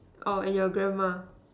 orh and your grandma